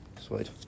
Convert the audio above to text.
Sweet